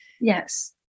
Yes